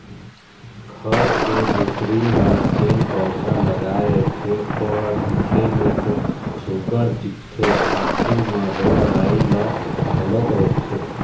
घर के भीतरी म जेन पउधा लगाय रहिथे ओ ह दिखे म तो सुग्घर दिखथे साथे म रोग राई ल घलोक रोकथे